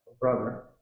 brother